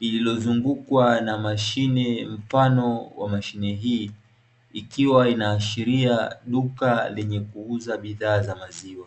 lililozungukwa na mashine mfano wa mashine hii, ikiwa inaashiria duka lenye kuuza bidhaa za maziwa.